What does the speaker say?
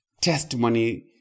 testimony